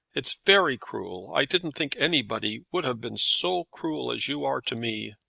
it's very cruel. i didn't think anybody would have been so cruel as you are to me.